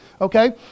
Okay